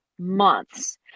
months